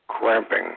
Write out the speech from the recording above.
cramping